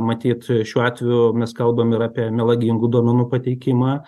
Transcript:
matyt šiuo atveju mes kalbam ir apie melagingų duomenų pateikimą